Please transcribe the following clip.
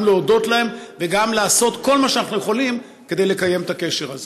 גם להודות להם וגם לעשות כל מה שאנחנו יכולים כדי לקיים את הקשר הזה.